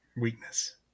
weakness